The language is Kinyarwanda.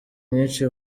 nyinshi